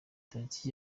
tariki